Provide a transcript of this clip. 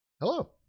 Hello